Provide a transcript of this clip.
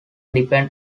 depend